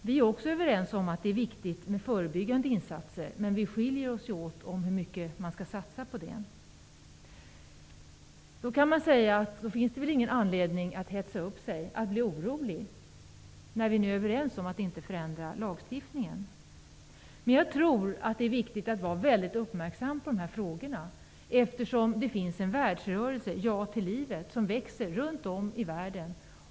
Vi är också överens om att det är viktigt med förebyggande insatser, men vi skiljer oss åt i fråga om hur mycket man skall satsa på det. Man kan säga att det inte finns någon anledning att hetsa upp sig eller att bli orolig, när vi nu är överens om att inte förändra lagstiftningen. Jag tror ändå att det är viktigt att vi är väldigt uppmärksamma på de här frågorna, eftersom det finns en rörelse som heter Ja till livet, som växer runt om i världen.